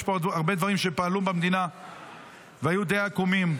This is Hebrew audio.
יש פה הרבה דברים שפעלו במדינה והיו די עקומים.